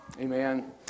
Amen